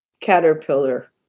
caterpillar